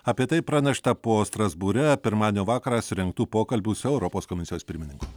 apie tai pranešta po strasbūre pirmadienio vakarą surengtų pokalbių su europos komisijos pirmininku